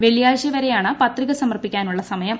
വെള്ളിയാഴ്ച വരെയാണ് പത്രിക സമർപ്പിക്കാനുള്ള സമയം